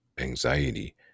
anxiety